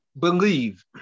believe